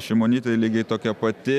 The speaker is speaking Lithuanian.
šimonytei lygiai tokia pati